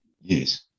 Yes